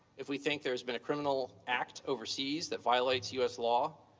if we think there's been a criminal act overseas that violates u s. law,